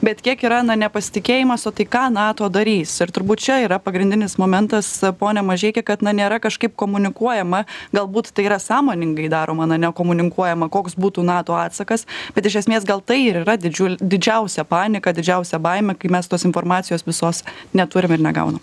bet kiek yra na nepasitikėjimas o tai ką nato darys ir turbūt čia yra pagrindinis momentas pone mažeiki kad na nėra kažkaip komunikuojama galbūt tai yra sąmoningai daroma na nekomuninkuojama koks būtų nato atsakas bet iš esmės gal tai ir yra didžiul didžiausia panika didžiausia baimė kai mes tos informacijos visos neturim ir negaunam